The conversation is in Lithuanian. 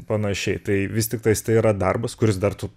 panašiai tai vis tiktais tai yra darbas kuris dar tu